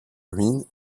ruines